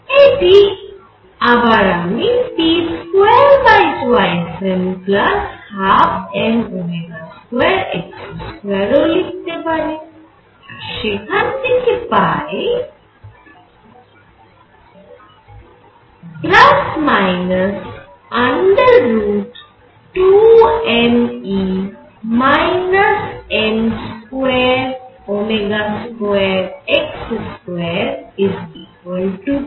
এটি আবার আমি p22m12m2x2 ও লিখতে পারি আর সেখান থেকে পাই ±√